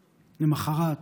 למוחרת,